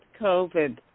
COVID